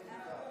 זה היה ברור.